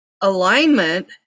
alignment